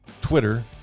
Twitter